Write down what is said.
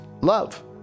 love